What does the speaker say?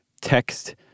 text